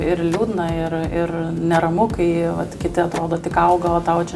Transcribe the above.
ir liūdna ir ir neramu kai vat kiti atrodo tik auga o tau čia